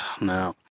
No